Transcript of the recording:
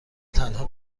تنها